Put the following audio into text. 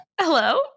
Hello